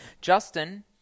Justin